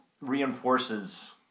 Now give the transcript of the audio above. reinforces